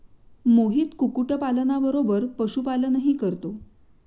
मोहित कुक्कुटपालना बरोबर पशुपालनही करतो